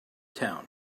town